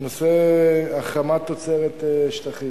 בנושא החרמת תוצרת שטחים.